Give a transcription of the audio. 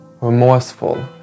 remorseful